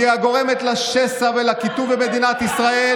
היא הגורמת לשסע ולקיטוב במדינת ישראל,